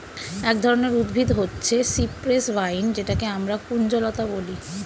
এক ধরনের উদ্ভিদ হচ্ছে সিপ্রেস ভাইন যেটাকে আমরা কুঞ্জলতা বলি